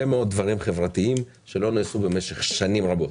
מאוד דברים חברתיים שלא נעשו במשך שנים רבות.